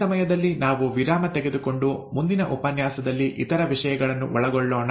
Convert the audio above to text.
ಈ ಸಮಯದಲ್ಲಿ ನಾವು ವಿರಾಮ ತೆಗೆದುಕೊಂಡು ಮುಂದಿನ ಉಪನ್ಯಾಸದಲ್ಲಿ ಇತರ ವಿಷಯಗಳನ್ನು ಒಳಗೊಳ್ಳೋಣ